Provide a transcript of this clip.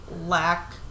lack